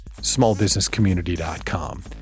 smallbusinesscommunity.com